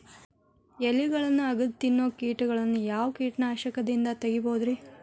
ಎಲಿಗೊಳ್ನ ಅಗದು ತಿನ್ನೋ ಕೇಟಗೊಳ್ನ ಯಾವ ಕೇಟನಾಶಕದಿಂದ ತಡಿಬೋದ್ ರಿ?